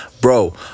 Bro